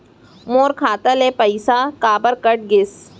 मोर खाता ले पइसा काबर कट गिस?